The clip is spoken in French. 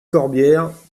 corbière